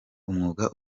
umwuga